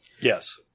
yes